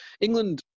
England